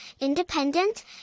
independent